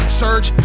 surge